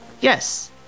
yes